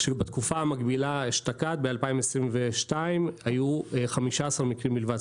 כשבתקופה המקבילה אשתקד ב-2022 היו 15 מקרים בלבד.